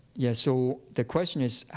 yeah. so the question is,